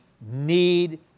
need